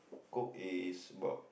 coke is about